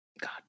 god